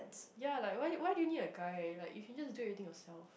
ya like why why do you need a guy like you can just do everything yourself